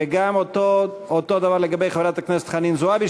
ואותו דבר לגבי חברת הכנסת חנין זועבי.